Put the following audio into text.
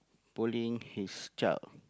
pulling his child